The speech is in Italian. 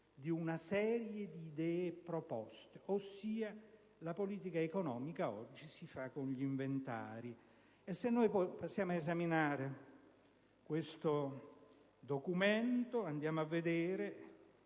di una serie di proposte", ossia la politica economica oggi si fa con gli inventari. Se passiamo ad esaminare questo documento, andiamo a vedere